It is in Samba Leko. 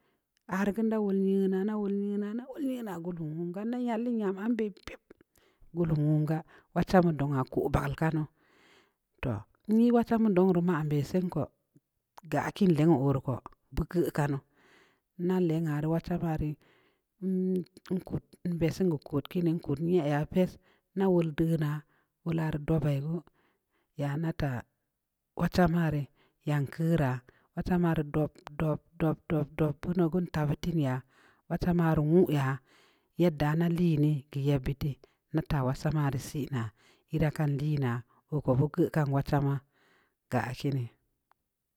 Aah rii geu nda woll nyeu naa-nda woll nyeu naa-nda woll nyeu naa gullum wun gaa, nda yallin nyam ambe bib, gullum wun gaa, wad chamba dongnha ko bageul kanu, toh! Nyi wad chamba dongnha maan beh sen ko, geu aah kiin lengnhi oo rii ko, beu geuh kanu, ndaa lenghaa rii, wad chamba rii, nukud-nkud nvessing keu kod kiini, nyed ya pess, nda wol deu naa, wola rii dobai geu, nya nda taa wad chamba rii yan keuuraa, wad chamba rii dob-dob-dob beuno gu ntabbitin ya, wad chamba rii nwu yaa, yedda nda liin dii, geu yebbid deu, nda taa wad chamba rii sii naa, ii daa kan lii naa, oo ko beu geuh kan wad chamba, geu aah kiini.